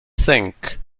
think